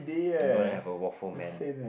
I'm gonna have a waffle man